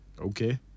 Okay